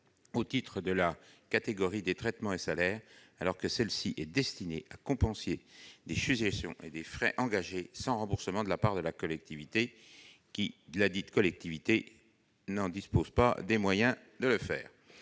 au titre de la catégorie des traitements et salaires, alors que celle-ci est destinée à compenser des sujétions et des frais engagés, sans remboursement de la part de la collectivité, qui ne dispose pas des moyens de le faire.